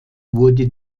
wurde